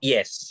Yes